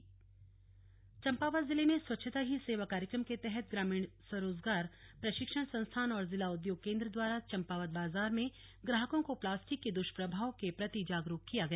जागरूकता चंपावत चम्पावत जिले में स्वच्छता ही सेवा कार्यक्रम के तहत ग्रामीण स्वरोजगार प्रशिक्षण संस्थान और जिला उद्योग केंद्र द्वारा चम्पावत बाजार में ग्राहकों को प्लास्टिक के दुष्प्रभाव के प्रति जागरूक किया गया